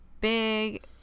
big